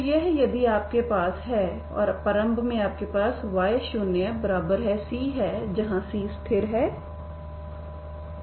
तो यह यदि आपके पास है और प्रारंभ में आपके पास y0c है जहां c स्थिर है